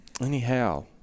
anyhow